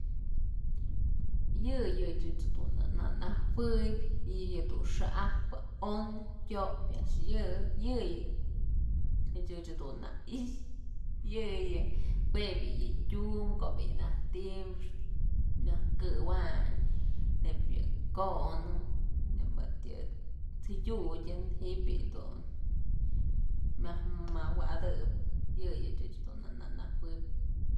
Yëyëch dun na najuëb yëdun xa'ajpë on tyopyë a'ax yë yëyëch ëch dun na i'ixë, yëyë jue bi'i yë tyum ko'o bi'i ya ti'i myaj këwayn nëyb yë konën mëd yë t'sëdyutën ji'ib bi'i dun myaj mawa'atëp yëyëch ëch dun na najuëb.